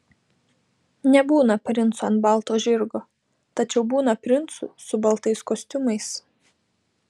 nebūna princų ant balto žirgo tačiau būna princų su baltais kostiumais